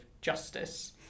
Justice